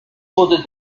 wurde